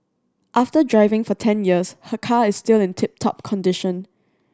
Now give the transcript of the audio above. after driving for ten years her car is still in tip top condition